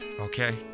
Okay